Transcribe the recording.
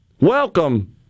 welcome